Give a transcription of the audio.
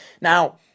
Now